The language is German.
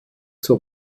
zur